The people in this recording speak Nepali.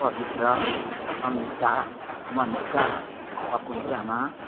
पवित्र समिता मनिका सकुन गुरुमा